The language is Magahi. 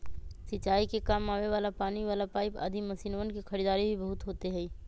सिंचाई के काम आवे वाला पानी वाला पाईप आदि मशीनवन के खरीदारी भी बहुत होते हई